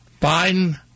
Biden